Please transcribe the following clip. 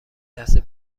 لحظه